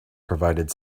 provided